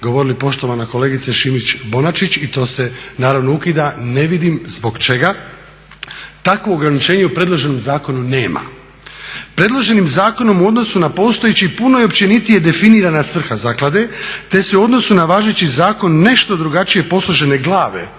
govorili poštovana kolegice Šimac-Bonačić, i to se naravno ukida, ne vidim zbog čega. Takvo ograničenje u predloženom zakonu nema. Predloženim zakonom u odnosu na postojeći puno je općenitije definirana svrha zaklade te su u odnosu na važeći zakon nešto drugačije posložene glave